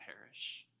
perish